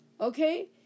Okay